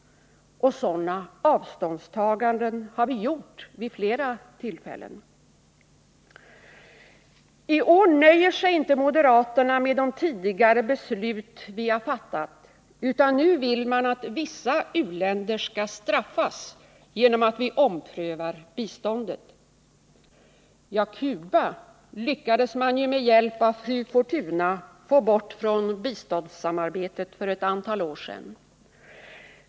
Och sådana avståndstaganden har vi gjort vid flera tillfällen. I år nöjer sig inte moderaterna med de tidigare beslut vi har fattat, utan nu vill de att vissa u-länder skall straffas genom att vi omprövar biståndet. Ja, Cuba lyckades man ju med hjälp av fru Fortuna få bort från biståndssamarbetet för ett antal år sedan.